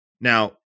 Now